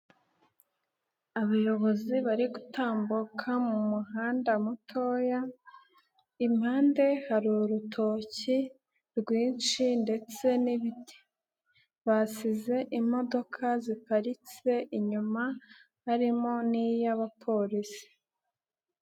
Abayobozi bari gutambuka mu muhanda mutoya, impande hari urutoki rwinshi ndetse n'ibiti, basize imodoka ziparitse inyuma harimo n'iy'abapolisi.